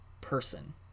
person